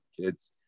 kids